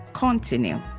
Continue